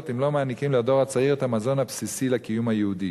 אם לא מעניקים לדור הצעיר את המזון הבסיסי לקיום היהודי.